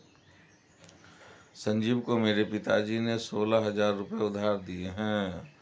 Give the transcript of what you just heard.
संजीव को मेरे पिताजी ने सोलह हजार रुपए उधार दिए हैं